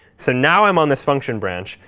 so now i'm on this function branch,